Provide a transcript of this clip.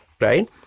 right